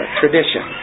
tradition